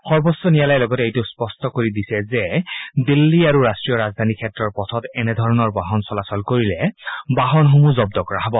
সৰ্বোচ্চ ন্যায়ালয়ে লগতে এইটো স্পষ্ট কৰি দিছে যে দিল্লী আৰু ৰাষ্ট্ৰীয় ৰাজধানী ক্ষেত্ৰৰ পথত এনেধৰণৰ বাহন চলাচল কৰিলে বাহনসমূহ জব্দ কৰা হব